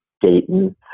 Dayton